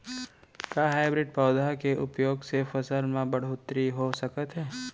का हाइब्रिड पौधा के उपयोग से फसल म बढ़होत्तरी हो सकत हे?